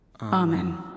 Amen